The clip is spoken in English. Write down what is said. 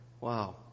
Wow